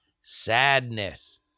Sadness